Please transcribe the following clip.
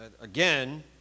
again